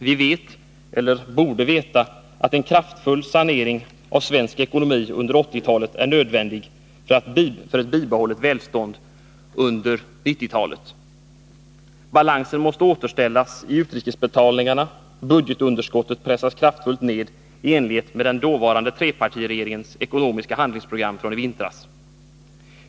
Vi vet, eller borde veta, att en kraftfull sanering av svensk ekonomi under 1980-talet är nödvändig för ett bibehållet välstånd under 1990-talet. Balansen måste återställas i utrikesbetalningarna och budgetunderskottet kraftfullt pressas ned i enlighet med den dåvarande trepartiregeringens ekonomiska handlingsprogram från i vintras.